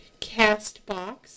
Castbox